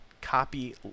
copy